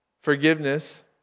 Forgiveness